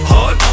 Hard